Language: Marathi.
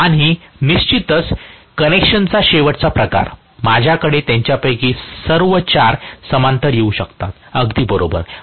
आणि निश्चितच कनेक्शनचा शेवटचा प्रकार माझ्याकडे त्यांच्यापैकी सर्व 4 समांतर येऊ शकतात अगदी बरोबर